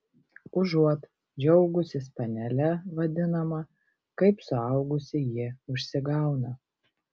užuot džiaugusis panele vadinama kaip suaugusi ji užsigauna